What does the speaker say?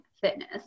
fitness